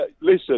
Listen